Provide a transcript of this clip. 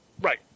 Right